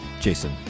Jason